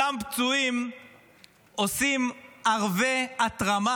אותם פצועים עושים ערבי התרמה,